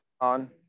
on